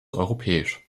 europäisch